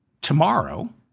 tomorrow